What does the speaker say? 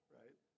right